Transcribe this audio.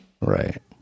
Right